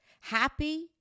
happy